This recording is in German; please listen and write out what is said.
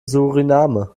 suriname